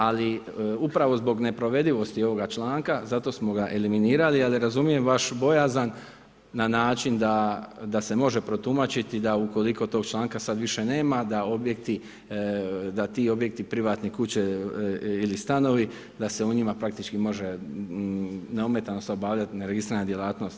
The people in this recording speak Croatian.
Ali, upravo zbog neprovedivosti ovoga članka, zato smo ga eliminirali, ali razumijem vaš bojazan, na način da se može protumačiti, da ukoliko tog članka sada više nema, da objekti, da ti objekti privatne kuće ili stanovi, da se u njima praktički može, neometano se obavljati neregistrirana djelatnost.